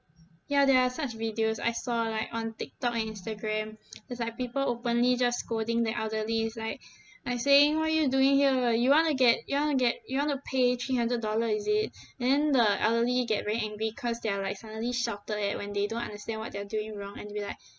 ya there are such videos I saw like on tiktok and instagram it's like people openly just scolding the elderly like by saying what you doing here you want to get you want to get you want to pay three hundred dollar is it and then the elderly get very angry cause they're like suddenly shouted at when they don't understand what they're doing wrong and they will be like